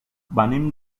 venim